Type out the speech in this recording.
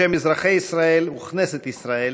בשם אזרחי ישראל וכנסת ישראל,